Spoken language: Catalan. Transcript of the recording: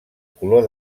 color